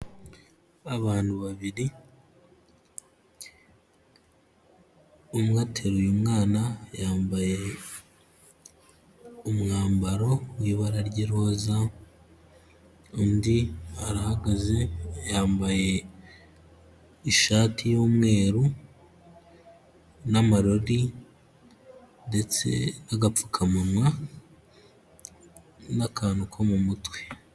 Abantu babiri umwe ateruye umwana yambaye umwambaro w'ibara ry'iroza, undi arahagaze yambaye ishati y'umweru n'amarori ndetse n'agapfukamunwa n'akantu ko mu mutwe.